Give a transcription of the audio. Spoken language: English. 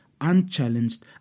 Unchallenged